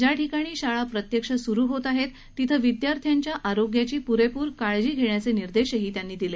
ज्या ठिकाणी शाळा प्रत्यक्ष सुरु होत आहेत तिथे विद्यार्थ्यांच्या आरोग्याची पुरेपूर काळजी घेण्याचे निर्देशही त्यांनी दिले